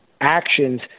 actions